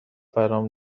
برام